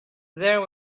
there